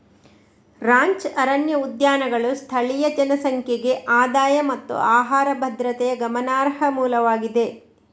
ranch ಅರಣ್ಯ ಉದ್ಯಾನಗಳು ಸ್ಥಳೀಯ ಜನಸಂಖ್ಯೆಗೆ ಆದಾಯ ಮತ್ತು ಆಹಾರ ಭದ್ರತೆಯ ಗಮನಾರ್ಹ ಮೂಲವಾಗಿದೆ